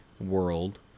world